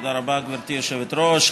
תודה רבה, גברתי היושבת-ראש.